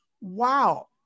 Wow